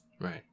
Right